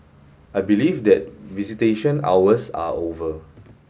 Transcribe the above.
I believe that visitation hours are over